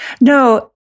No